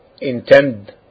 intend